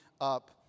up